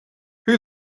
who